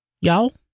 Y'all